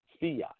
fiat